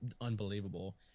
unbelievable